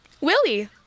Willie